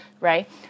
right